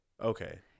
okay